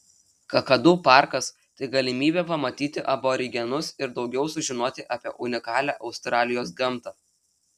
kakadu parkas tai galimybė pamatyti aborigenus ir daugiau sužinoti apie unikalią australijos gamtą